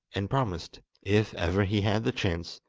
and promised, if ever he had the chance,